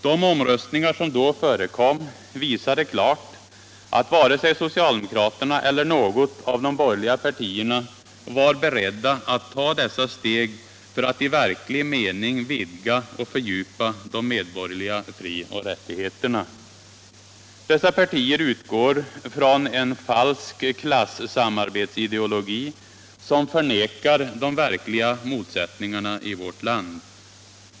De omröstningar som då förekom visade klart att varken socialdemokraterna eller något av de borgerliga partierna var beredda att ta dessa steg för att i verklig mening vidga och fördjupa de medborgerliga frioch rättigheterna. Dessa partier utgår från en falsk klassamarbetsideologi, som förnekar de verkliga motsättningarna i vårt land.